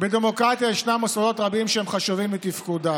"בדמוקרטיה ישנם מוסדות רבים שהם חשובים לתפקודה,